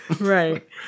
Right